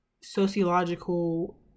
sociological